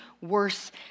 worse